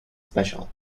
special